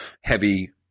heavy